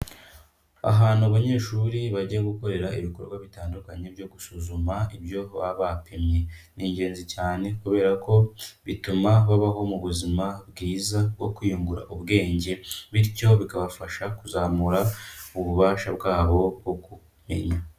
Ahantu abanyeshuri bajya gukorera ibikorwa bitandukanye byo gusuzuma ibyo baba bapimye. Ni ingenzi cyane kubera ko bituma babaho mu buzima bwiza bwo kwiyungura ubwenge, bityo bikabafasha kuzamura ububasha bwabo bwo kumenya.